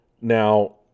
Now